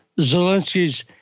Zelensky's